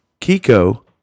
Kiko